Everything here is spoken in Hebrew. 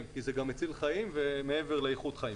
כי זה גם מציל חיים מעבר לאיכות חיים.